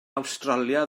awstralia